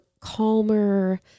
calmer